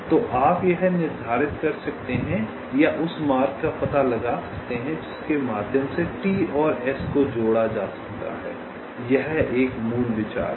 तो आप यह निर्धारित कर सकते हैं या उस मार्ग का पता लगा सकते हैं जिसके माध्यम से T और S को जोड़ा जा सकता है यह मूल विचार है